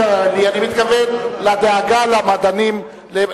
אני מתכוון לדאגה למדענים,